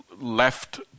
left